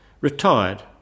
Retired